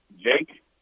Jake